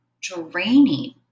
draining